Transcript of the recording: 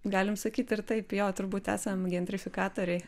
galim sakyt ir taip jo turbūt esam gentrifikatoriai